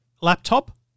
laptop